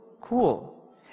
Cool